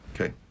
Okay